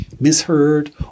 misheard